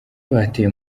bateye